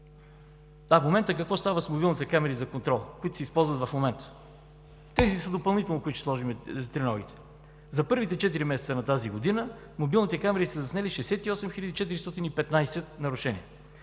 Сега какво става с мобилните камери за контрол, които се използват в момента? Тези, триногите, които ще сложим, са допълнително. За първите четири месеца на тази година мобилните камери са заснели 68 415 нарушения.